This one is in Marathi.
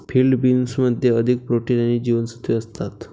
फील्ड बीन्समध्ये अधिक प्रोटीन आणि जीवनसत्त्वे असतात